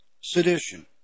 Sedition